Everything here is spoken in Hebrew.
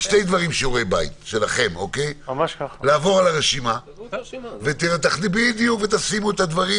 שני דברים לשיעורי בית שלכם: לעבור על הרשימה ותשימו את הדברים